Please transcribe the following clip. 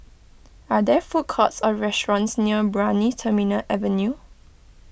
are there food courts or restaurants near Brani Terminal Avenue